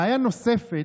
בעיה נוספת,